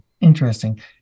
interesting